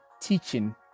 teaching